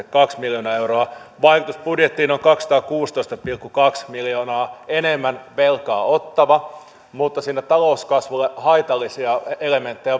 kaksi miljoonaa euroa vaikutus budjettiin on kaksisataakuusitoista pilkku kaksi miljoonaa enemmän velkaa ottava mutta siinä on talouskasvulle haitallisia elementtejä